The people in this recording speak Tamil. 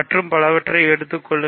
மற்றும் பலவற்றை எடுத்துக் கொள்ளுங்கள்